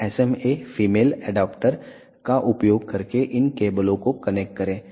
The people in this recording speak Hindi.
तो SMA फीमेल एडाप्टर का उपयोग करके इन केबलों को कनेक्ट करें